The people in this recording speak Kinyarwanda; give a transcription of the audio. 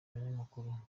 abanyamakuru